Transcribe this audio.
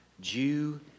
Jew